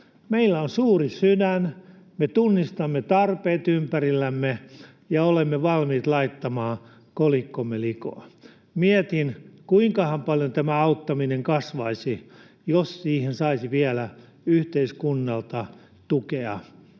Meillä on suuri sydän. Me tunnistamme tarpeet ympärillämme ja olemme valmiit laittamaan kolikkomme likoon. Mietin, kuinkahan paljon tämä auttaminen kasvaisi, jos siihen saisi vielä yhteiskunnalta tukea